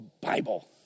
Bible